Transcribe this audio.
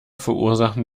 verursachen